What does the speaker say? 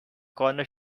corner